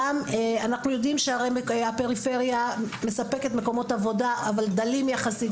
אנחנו יודעים שהפריפריה מספקת מקומות עבודה אבל דלים יחסית,